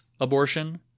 abortion